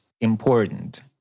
important